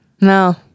No